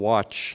Watch